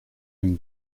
him